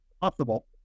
possible